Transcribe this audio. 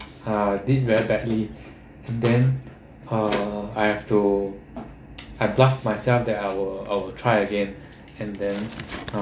uh did very badly and then uh I have to I bluff myself that I'll I'll try again and then uh